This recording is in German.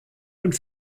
und